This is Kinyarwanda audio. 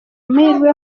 amahirwe